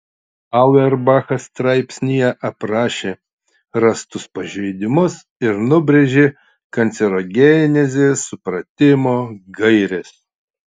auerbachas straipsnyje aprašė rastus pažeidimus ir nubrėžė kancerogenezės supratimo gaires